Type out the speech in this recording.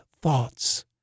thoughts